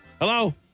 Hello